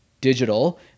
digital